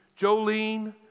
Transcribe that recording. Jolene